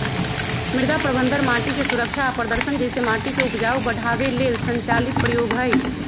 मृदा प्रबन्धन माटिके सुरक्षा आ प्रदर्शन जइसे माटिके उपजाऊ बढ़ाबे लेल संचालित प्रयोग हई